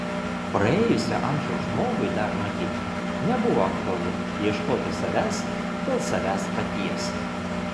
praėjusio amžiaus žmogui dar matyt nebuvo aktualu ieškoti savęs dėl savęs paties